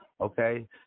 Okay